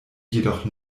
jedoch